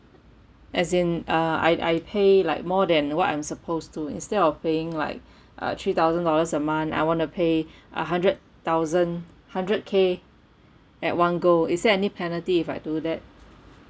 as in uh I I pay like more than what I'm suppose to instead of paying like uh three thousand dollars a month I want to pay uh hundred thousand hundred K at one go is there any penalty if I do that